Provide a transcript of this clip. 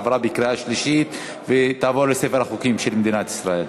עברה בקריאה שלישית ותעבור לספר החוקים של מדינת ישראל.